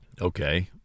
Okay